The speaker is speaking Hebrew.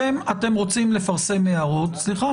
אתם רוצים לפרסם הערות סליחה,